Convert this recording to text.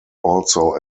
also